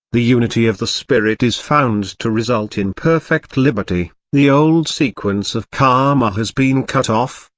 the unity of the spirit is found to result in perfect liberty the old sequence of karma has been cut off,